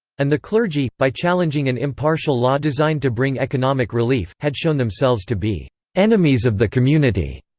and the clergy, by challenging an impartial law designed to bring economic relief, had shown themselves to be enemies of the community.